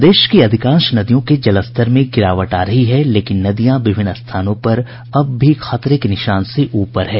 प्रदेश की अधिकांश नदियों के जलस्तर में गिरावट आ रही है लेकिन नदियां विभिन्न स्थानों पर अभी भी खतरे के निशान से ऊपर हैं